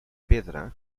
pedra